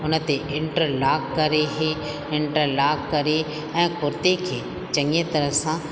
उन ते इंटरलाक करे इहे इंटरलाक करे ऐं कुर्ते खे चङी तरह सां